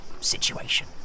situation